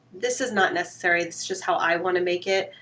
this is not necessary it's just how i want to make it,